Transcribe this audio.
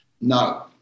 no